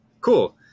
cool